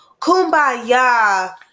kumbaya